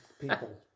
people